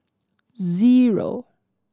zero